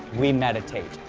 we meditate.